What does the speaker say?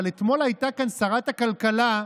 אבל אתמול הייתה כאן שרת הכלכלה,